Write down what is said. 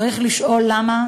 צריך לשאול למה.